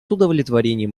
удовлетворением